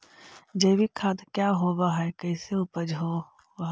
जैविक खाद क्या होब हाय कैसे उपज हो ब्हाय?